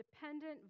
dependent